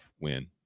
win